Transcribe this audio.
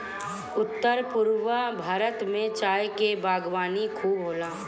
उत्तर पूरब भारत में चाय के बागवानी खूब होला